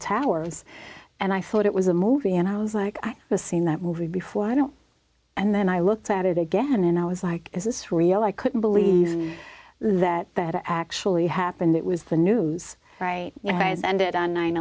towers and i thought it was a movie and i was like i seen that movie before i don't and then i looked at it again and i was like is this real i couldn't believe that that actually happened it was the news right now and it on nine